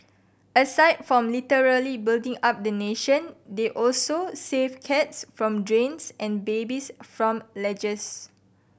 aside from literally building up the nation they also save cats from drains and babies from ledges